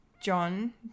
John